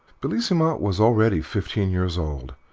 bellissima was already fifteen years old,